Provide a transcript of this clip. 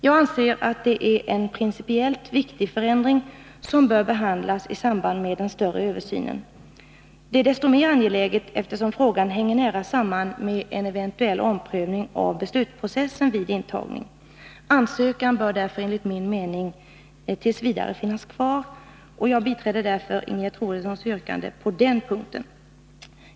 Jag anser att detta är en principiellt viktig förändring som bör behandlas i samband med den större översynen. Det är desto mer angeläget som frågan hänger nära samman med en eventuell omprövning av beslutsprocessen vid intagning. Ansökan bör därför enligt min mening t. v. finnas kvar. Jag biträder Ingegerd Troedssons yrkande på den punkten.